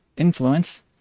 influence